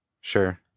Sure